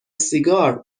سیگار